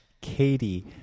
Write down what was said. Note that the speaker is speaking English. Katie